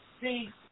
See